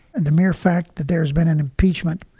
and the mere fact that there has been an impeachment,